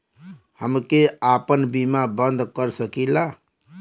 हमके आपन बीमा बन्द कर सकीला?